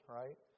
right